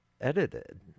Edited